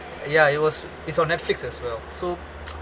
ya it was it's on Netflix as well so